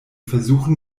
versuchen